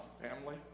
family